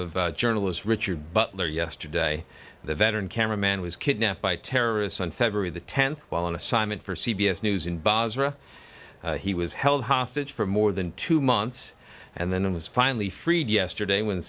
of journalist richard butler yesterday the veteran camera man was kidnapped by terrorists on february the tenth while on assignment for c b s news in basra he was held hostage for more than two months and then was finally freed yesterday when